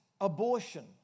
abortion